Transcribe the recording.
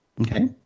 Okay